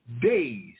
days